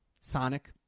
Sonic